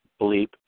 bleep